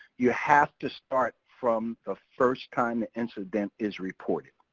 you have to start from the first time the incident is reported.